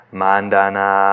mandana